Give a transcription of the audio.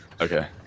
okay